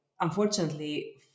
unfortunately